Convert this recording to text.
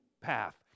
path